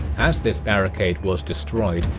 as this barricade was destroyed,